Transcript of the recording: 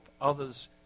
others